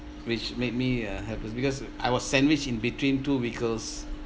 which made me uh helpless because I was sandwiched in between two vehicles